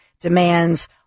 demands